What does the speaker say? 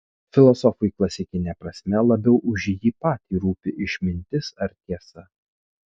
filosofui klasikine prasme labiau už jį patį rūpi išmintis ar tiesa